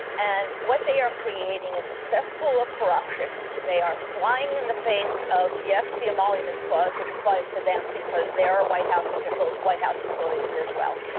and what they are creating is a cesspool of corruption. they are flying in the face of, yes, the emoluments clause, which applies to them because they are white house officials white house employees as well.